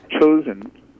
chosen